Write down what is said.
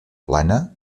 plana